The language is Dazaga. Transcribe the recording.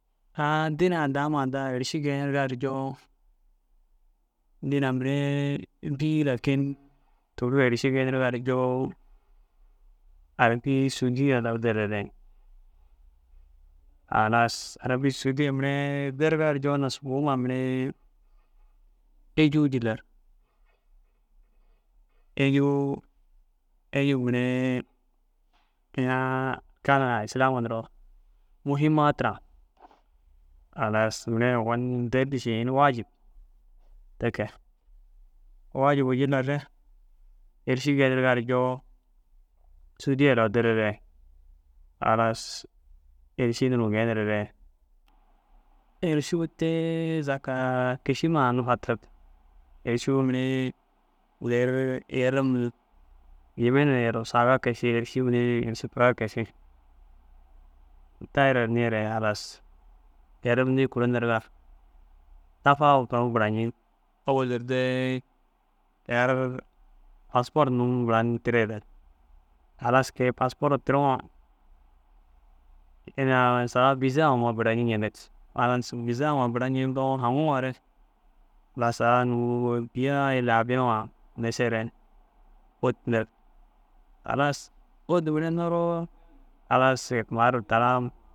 Dînaa daa ma daha êriši geniriga ru joo dînaa mire bîi lakin arabi sûdiye lau dereere halass arabi sûdiye mire deriga ru joona sûbouma mire êjuu laru êjuu mire ina gala islama duro muhuma tira halas mire awinni dêri ši ini wajub e kee wajubu jilla re êriši geniriga ru joo sûdiye lau dereere halass êriši nuru genireere êrišuu tee zaka kîši ma nufatirig êrišuu mire der yerum ni Jamena ru yerum saga kege šii êrišuu mire êrišuu kuira kege ši tayira ru yerum nii kuiri nteriga tafu turon buranjiŋi ôllu de kiya ru passport num bura num tirere halas kôi passport tiriŋoo ini ai kôi saga bizaa huma burayintu ncentoo haŋuŋoore halas saga bîya ǒbiyaŋa ntissere ôtu nterig halas marat taara.